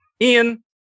Ian